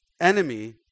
enemy